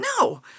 no